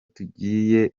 tugiye